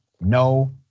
no